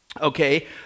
okay